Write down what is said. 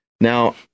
Now